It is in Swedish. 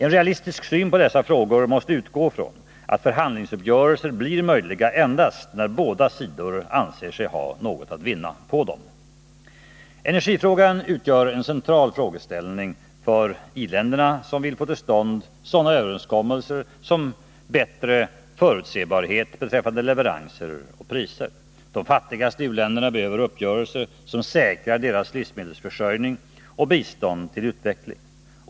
En realistisk syn på dessa frågor måste utgå från att förhandlingsuppgörelser blir möjliga endast när båda sidor anser sig ha något att vinna på dem. Energifrågan utgör en central frågeställning för i-länderna, som vill få till stånd överenskommelser om bättre förutsebarhet beträffande leveranser och priser. De fattigaste u-länderna behöver uppgörelser, som säkrar deras livsmedelsförsörjning och bistånd till utveckling.